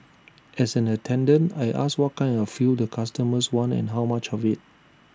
as an attendant I ask what kind of fuel the customers want and how much of IT